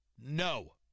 No